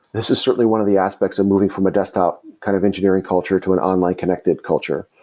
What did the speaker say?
this is certainly one of the aspects of moving from a desktop kind of engineering culture to an online connected culture,